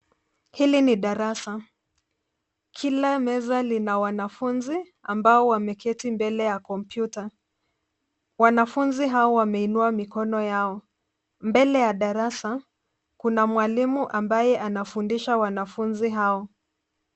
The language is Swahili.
Hili ni darasa. Kila meza lina wanafunzi ambao wameketi mbele ya komputa. Wanafunzi hawa wameinua mikono yao. Mbele ya darasa kuna mwalimu ambaye anafundisha wanafunzi hao.